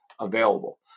available